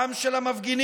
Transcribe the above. גם של המפגינים,